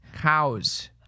Cows